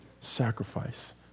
sacrifice